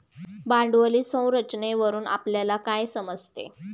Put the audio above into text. भांडवली संरचनेवरून आपल्याला काय समजते?